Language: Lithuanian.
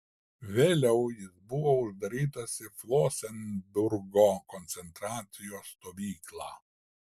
vėliau jis buvo uždarytas į flosenburgo koncentracijos stovyklą